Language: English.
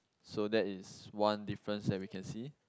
so that is one difference that we can see